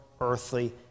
earthly